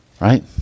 right